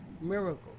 miracle